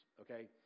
okay